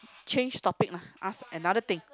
change topic lah ask another thing